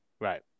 Right